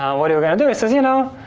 what do i gotta do? he says you know,